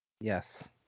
Yes